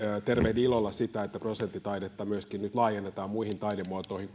tervehdin ilolla sitä että prosenttitaidetta nyt laajennetaan kuvataiteesta myöskin muihin taidemuotoihin